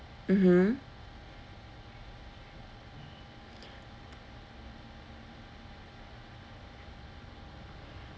mmhmm